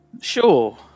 Sure